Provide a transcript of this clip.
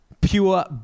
pure